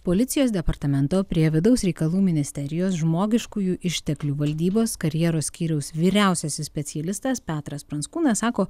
policijos departamento prie vidaus reikalų ministerijos žmogiškųjų išteklių valdybos karjeros skyriaus vyriausiasis specialistas petras pranckūnas sako